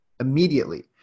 immediately